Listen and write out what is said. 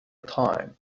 time